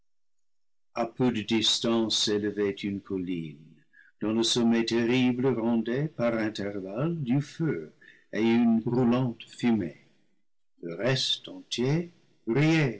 a peu de distance s'élevait une colline dont le sommet terrible rendait par intervalles du feu et une roulante fumée le reste entier